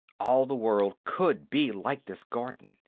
all the world could be like this garden,